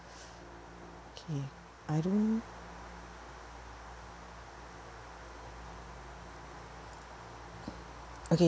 K I don't okay